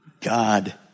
God